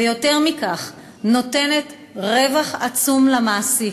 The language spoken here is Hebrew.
ויותר מכך, נותנת רווח עצום למעסיק.